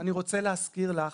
אני רוצה להזכיר לך